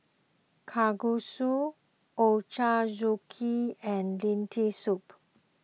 Kalguksu Ochazuke and Lentil Soup